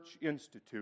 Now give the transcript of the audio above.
institute